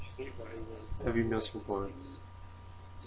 every males before